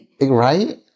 Right